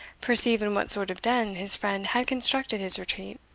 perceive in what sort of den his friend had constructed his retreat.